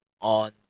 on